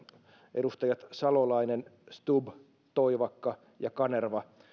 edustajat salolainen stubb toivakka ja kanerva